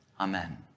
Amen